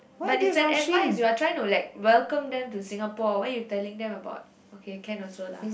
but is an advice you are trying to like welcome them to Singapore why you telling them about okay can also lah